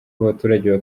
abaturage